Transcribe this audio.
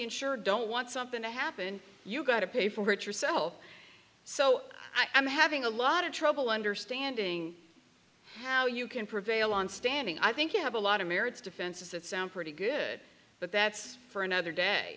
insurer don't want something to happen you've got to pay for it yourself so i'm having a lot of trouble understanding how you can prevail on standing i think you have a lot of merits defenses that sound pretty good but that's for another day